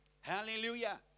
Hallelujah